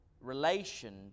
relation